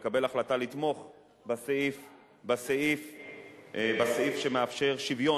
לקבל החלטה לתמוך בסעיף שמאפשר שוויון